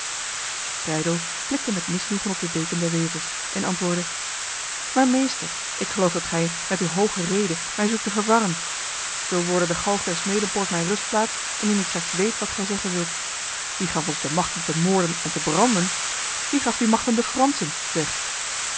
breydel blikte met misnoegen op de deken der wevers en antwoordde maar meester ik geloof dat gij met uw hoge rede mij zoekt te verwarren zo worde de galg der smedenpoort mijn rustplaats indien ik slechts weet wat gij zeggen wilt wie gaf ons de macht om te moorden en te branden wie gaf die macht aan de fransen zeg